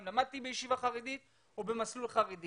אם אני למדתי בישיבה חרדית או במסלול חרדי,